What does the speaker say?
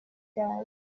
cyane